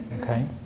okay